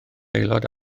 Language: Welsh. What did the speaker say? aelod